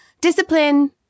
discipline